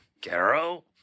Carol